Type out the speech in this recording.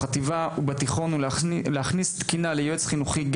בחטיבה ובתיכון ולהכניס תקינה ליועץ חינוכי,